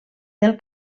del